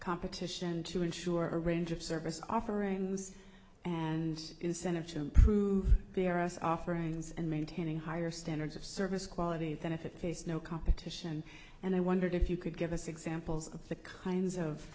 competition to ensure a range of service offerings and incentive to improve p r s offerings and maintaining higher standards of service quality than if it faced no competition and i wondered if you could give us examples of the kinds of